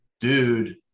dude